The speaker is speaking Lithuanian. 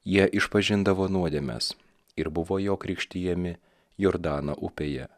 jie išpažindavo nuodėmes ir buvo jo krikštijami jordano upėje